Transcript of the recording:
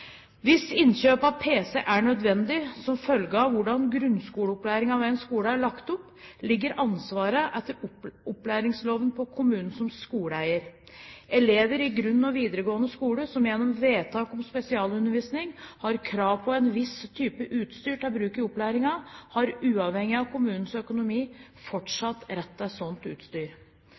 Hvis innkjøp av pc er nødvendig som følge av hvordan grunnskoleopplæringen ved en skole er lagt opp, ligger ansvaret etter opplæringsloven på kommunen som skoleeier. Elever i grunnskole og videregående skole som gjennom vedtak om spesialundervisning har krav på en viss type utstyr til bruk i opplæringen, har uavhengig av kommunens økonomi fortsatt rett til slikt utstyr.